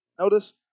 Notice